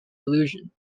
illusion